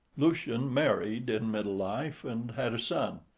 lucian married in middle life, and had a son.